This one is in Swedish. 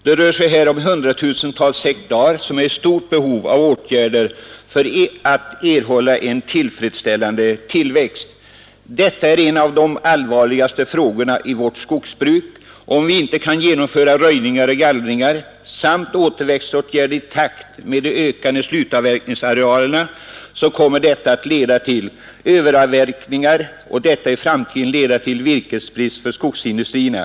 Det rör sig om hundratusentals hektar som är i stort behov av åtgärder för att erhålla en tillfredsställande tillväxt. Detta är en av de allvarligaste frågorna i vårt skogsbruk. Om vi inte kan genomföra röjningar och gallringar samt återväxtåtgärder i takt med ökningen av slutavverkningsarealerna kommer detta att leda till överavverkningar, vilket i sin tur i framtiden medför virkesbrist för skogsindustrierna.